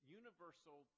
universal